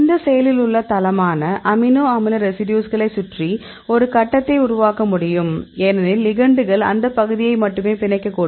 இந்த செயலில் உள்ள தளமான அமினோ அமில ரெசிடியூஸ்களை சுற்றி ஒரு கட்டத்தை உருவாக்க முடியும் ஏனெனில் லிகெண்டுகள் அந்த பகுதியை மட்டுமே பிணைக்கக்கூடும்